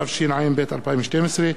התשע"ב 2012,